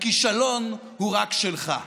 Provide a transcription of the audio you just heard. הכישלון הוא רק שלך.